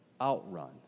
outrun